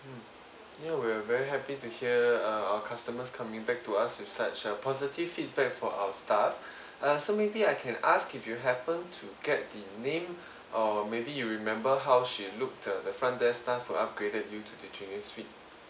mm ya we're very happy to hear uh our customers coming back to us with such a positive feedback for our staff uh so maybe I can ask if you happen to get the name or maybe you remember how she looked uh the front desk's staff who upgraded you to the junior suite